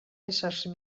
éssers